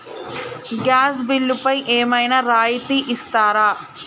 Gas బిల్లుపై ఏమైనా రాయితీ ఇస్తారా?